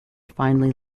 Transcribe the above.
finally